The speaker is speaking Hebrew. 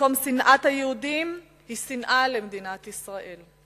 במקום שנאת יהודים היא שנאה למדינת ישראל.